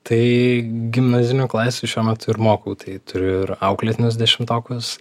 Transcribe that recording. tai gimnazinių klasių šiuo metu ir mokau tai turiu ir auklėtinius dešimtokus